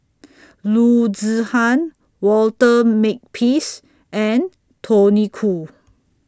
Loo Zihan Walter Makepeace and Tony Khoo